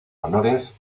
honores